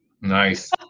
Nice